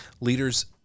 leaders